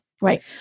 Right